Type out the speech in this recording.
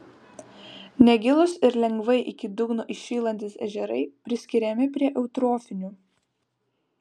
negilūs ir lengvai iki dugno įšylantys ežerai priskiriami prie eutrofinių